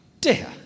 dear